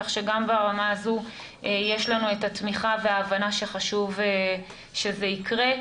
כך שגם ברמה הזו יש לנו את התמיכה וההבנה שחשוב שזה יקרה.